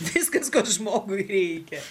viskas ko žmogui reikia